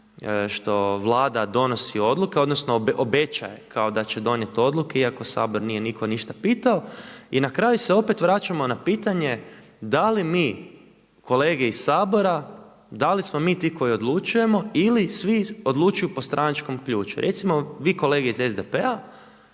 što Vlada donosi odluke, odnosno obećava kao da će donijeti odluke iako Sabor nije nitko ništa pitao. I na kraju se opet vraćamo na pitanje da li mi, kolege iz Sabora, da li smo mi ti koji odlučujemo ili svi odlučuju po stranačkom ključu. Recimo vi kolege iz SDP-a